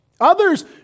Others